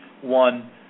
one